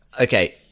Okay